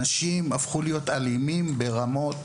אנשים הפכו להיות אלימים ברמות,